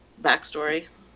backstory